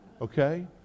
okay